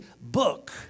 book